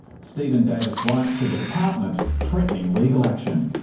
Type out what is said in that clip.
stephen davis writes to the department threatening legal action.